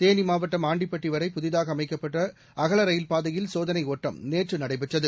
தேனி மாவட்டம் ஆண்டிப்பட்டி வரை புதிதாக அமைக்கப்பட்ட அகல ரயில்பாதையில் சோதனையோட்டம் நேற்று நடைபெற்றது